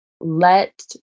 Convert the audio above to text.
let